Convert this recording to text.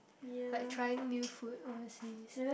like trying new food overseas